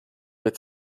mit